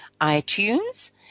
iTunes